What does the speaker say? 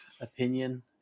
opinion